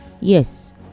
Yes